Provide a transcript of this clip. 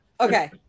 Okay